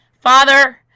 Father